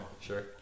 sure